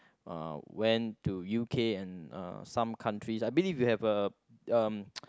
uh went to U_K and uh some countries I believe you have uh um